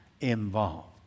involved